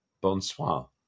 Bonsoir